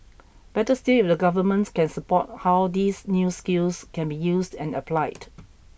better still if the government can support how these new skills can be used and applied